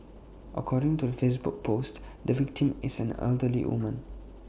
according to the Facebook post the victim is an elderly woman